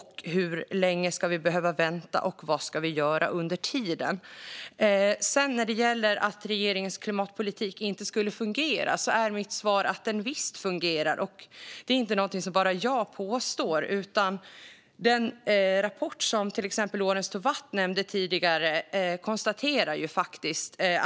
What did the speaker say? Hur länge ska vi behöva vänta? Och vad ska vi göra under tiden? När det sedan gäller att regeringens klimatpolitik inte skulle fungera är mitt svar att den visst fungerar. Det är ingenting som bara jag påstår, utan även den rapport som Lorentz Tovatt tidigare nämnde, till exempel, konstaterar faktiskt det.